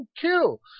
kill